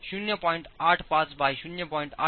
85 x 0